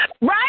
right